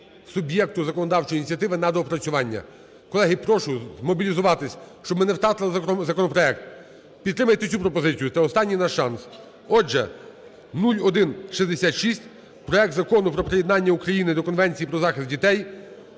суб'єкту законодавчої ініціативи на доопрацювання. Колеги, прошу змобілізуватись, щоб ми не втратили законопроект. Підтримайте цю пропозицію. Це останній наш шанс. Отже, 0166 проект Закону про приєднання України до Конвенції про захист дітей